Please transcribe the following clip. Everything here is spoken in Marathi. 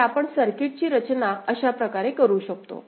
तर आपण सर्किटची रचना अशा प्रकारे करू शकतो